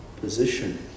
position